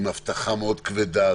עם אבטחה מאוד כבדה,